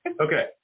Okay